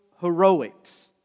heroics